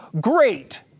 great